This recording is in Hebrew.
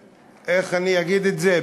איך אני אגיד את זה?